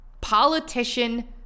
politician